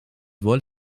wohl